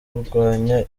kurwanya